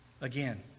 Again